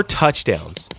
touchdowns